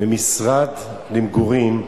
ממשרד למגורים.